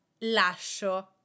lascio